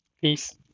Peace